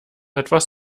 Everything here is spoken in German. etwas